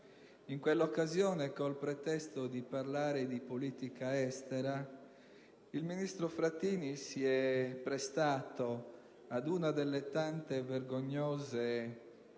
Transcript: In quell'occasione, con il pretesto di parlare di politica estera, il ministro Frattini si è prestato ad una delle tante vergognose